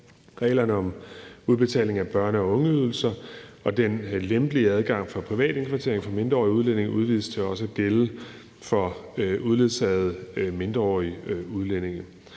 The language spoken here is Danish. reglerne om udbetaling af børne- og ungeydelser, og den lempelige adgang til privat indkvartering for mindreårige udlændinge udvides til også at gælde for uledsagede mindreårige udlændinge.